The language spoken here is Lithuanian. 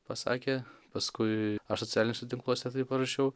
pasakė paskui socialiniuose tinkluose tai parašiau